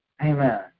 Amen